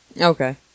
Okay